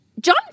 John